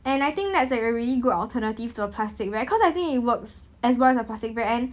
and I think that's like a really good alternative to a plastic bag because I think it works as well as a plastic bag and